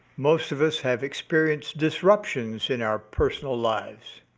most of us have experienced disruptions in our personal lives.